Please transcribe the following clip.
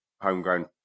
homegrown